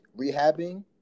rehabbing